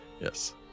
Yes